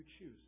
choose